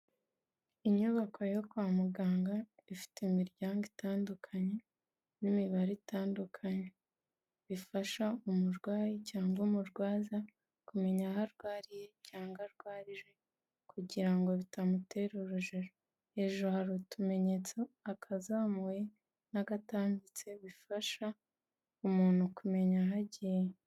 Inyubako yo kwa muganga, ifite imiryango itandukanye n'imibare itandukanye, bifasha umurwayi cyangwa umurwaza kumenya aho arwariye cyangwa arwarijwe, kugira ngo bitamutera urujijo. Hejuru hari utumenyetso, akazamuye n'agatambitse, bifasha umuntu kumenya aho agenda.